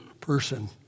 person